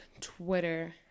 Twitter